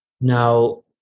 Now